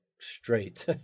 straight